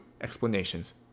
explanations